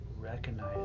recognize